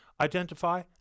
identify